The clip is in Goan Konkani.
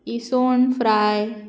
इसवण फ्राय